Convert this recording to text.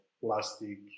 plastic